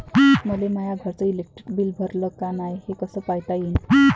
मले माया घरचं इलेक्ट्रिक बिल भरलं का नाय, हे कस पायता येईन?